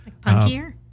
Punkier